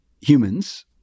humans